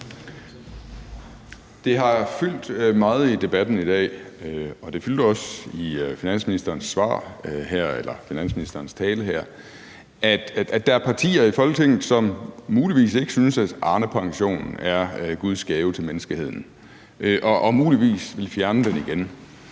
Det har fyldt meget i debatten i dag, og det fyldte også i finansministerens tale her, at der er partier i Folketinget, som muligvis ikke synes, at Arnepension er guds gave til menneskeheden, og muligvis vil fjerne den igen.